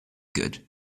good